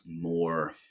more